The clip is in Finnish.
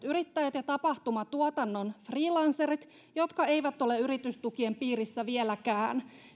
yrittäjät ja tapahtumatuotannon freelancerit jotka eivät ole yritystukien piirissä vieläkään